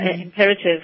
imperative